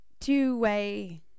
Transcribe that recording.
two-way